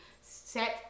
set